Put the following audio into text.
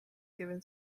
given